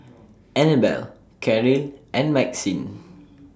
Annabelle Caryl and Maxine